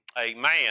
Amen